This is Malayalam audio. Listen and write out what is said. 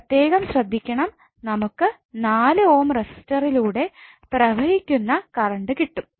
പ്രത്യേകം ശ്രദ്ധിക്കണം നമുക്ക് 4 ഓം റെസിസ്റ്ററിലൂടെ പ്രവഹിക്കുന്ന കറണ്ട് കിട്ടും